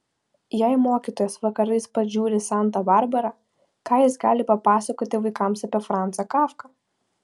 jei mokytojas vakarais pats žiūri santą barbarą ką jis gali papasakoti vaikams apie franzą kafką